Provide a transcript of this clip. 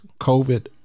COVID